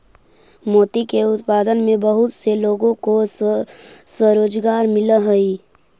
मोती के उत्पादन में बहुत से लोगों को स्वरोजगार मिलअ हई